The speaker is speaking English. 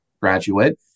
graduate